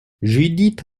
judith